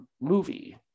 movie